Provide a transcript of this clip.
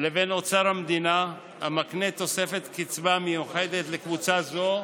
לבין אוצר המדינה המקנה תוספת קצבה מיוחדת לקבוצה זו,